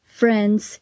friends